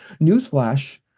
newsflash